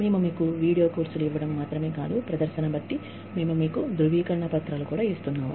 మేము మీకు video course లు ఇవ్వడం మాత్రమే కాదు ప్రదర్శన బట్టి మేము మీకు ధృవీకరణ పత్రాలు కూడా ఇస్తున్నాము